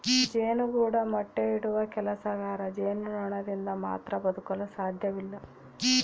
ಜೇನುಗೂಡು ಮೊಟ್ಟೆ ಇಡುವ ಕೆಲಸಗಾರ ಜೇನುನೊಣದಿಂದ ಮಾತ್ರ ಬದುಕಲು ಸಾಧ್ಯವಿಲ್ಲ